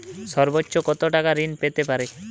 সর্বোচ্চ কত টাকা ঋণ পেতে পারি?